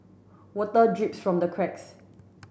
water drips from the cracks